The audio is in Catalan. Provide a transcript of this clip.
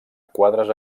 quadres